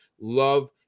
love